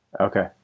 Okay